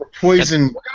Poison